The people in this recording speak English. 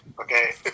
Okay